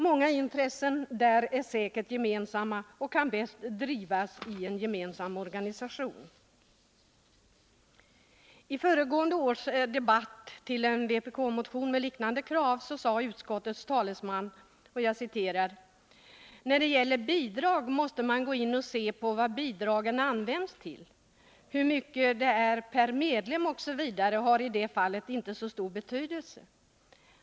Många intressen är säkert gemensamma och kan bäst tillvaratas i en gemensam organisation. I föregående års debatt med anledning av en vpk-motion med liknande krav sade utskottets talesman: ”När det gäller bidrag måste man gå in och se på vad bidragen används till. Hur mycket det är per medlem osv. har i det fallet inte så stor betydelse.